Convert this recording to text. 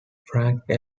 frank